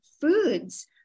foods